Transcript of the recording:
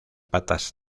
patas